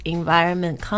Environment